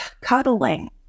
cuddling